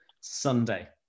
Sunday